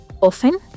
often